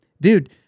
Dude